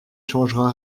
changera